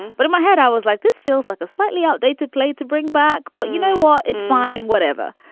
but in my head, i was like, this feels like a slightly outdated play to bring back. but you know what? it's fine. whatever.